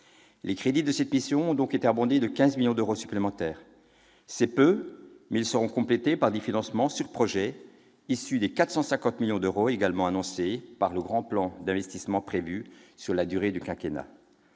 Les crédits de cette mission ont donc été abondés de 15 millions d'euros supplémentaires. C'est peu, mais ces crédits seront complétés par des financements sur projets issus des 450 millions d'euros annoncés dans le cadre du Grand plan d'investissement prévu sur la durée du quinquennat.